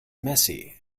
messy